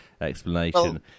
explanation